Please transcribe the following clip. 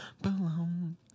belong